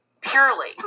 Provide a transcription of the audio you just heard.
purely